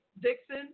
Dixon